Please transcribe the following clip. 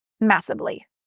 massively